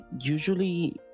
usually